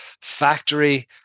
factory